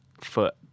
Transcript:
foot